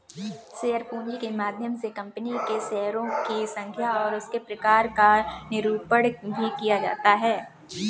share पूंजी के माध्यम से कंपनी के शेयरों की संख्या और उसके प्रकार का निरूपण भी किया जाता है